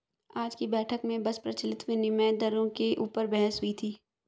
आज की बैठक में बस प्रचलित विनिमय दरों के ऊपर बहस हुई थी